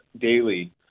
daily